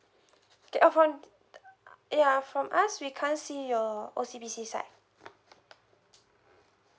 okay from yeah from us we can't see your O_C_B_C side